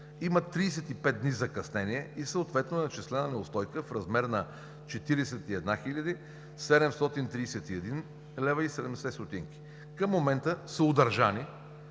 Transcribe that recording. Има 35 дни закъснение и съответно е начислена неустойка в размер на 41 хил. 731 лв. и 70 ст. Към момента са удържани